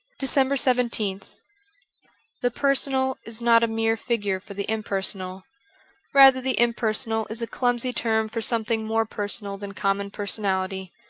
december seventeenth the personal is not a mere figure for the impersonal rather the impersonal is a clumsy term for something more personal than common personality.